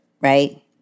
right